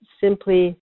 simply